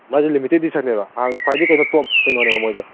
ꯃꯥꯁꯦ ꯂꯤꯃꯤꯇꯦꯠ ꯏꯗꯤꯁꯟꯅꯦꯕ ꯍꯥꯟꯅꯁꯨ ꯈ꯭ꯋꯥꯏꯗꯒꯤ ꯀꯩꯅꯣ ꯇꯣꯞ ꯀꯩꯅꯣꯅꯦꯕ ꯃꯣꯏꯁꯦ